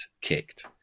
kicked